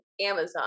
Amazon